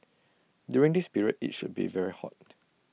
during this period IT should be very hot